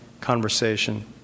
conversation